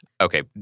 Okay